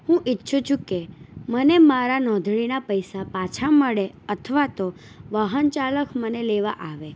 હું ઈચ્છું છું કે મને મારા નોંધણીના પૈસા પાછા મળે અથવા તો વાહન ચાલક મને લેવા આવે